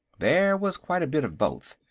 there was quite a bit of both,